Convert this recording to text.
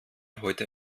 heute